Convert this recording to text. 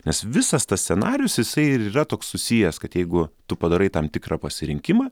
nes visas tas scenarijus jisai yra toks susijęs kad jeigu tu padarai tam tikrą pasirinkimą